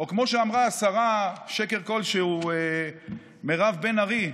או כמו שאמרה השרה-שקר-כלשהו מירב בן ארי,